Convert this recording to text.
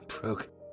broke